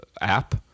app